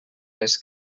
les